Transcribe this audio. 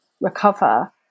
recover